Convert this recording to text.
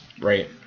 right